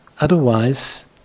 otherwise